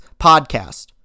podcast